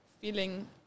feeling